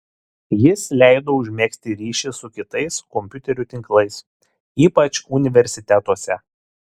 jis leido užmegzti ryšį su kitais kompiuterių tinklais ypač universitetuose